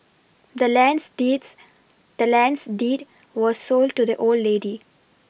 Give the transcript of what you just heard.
the land's deeds the land's deed was sold to the old lady